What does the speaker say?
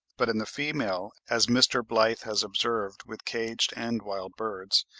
but in the female, as mr. blyth has observed with caged and wild birds,